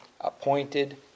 appointed